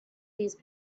these